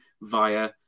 via